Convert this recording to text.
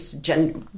gender